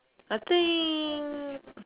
I think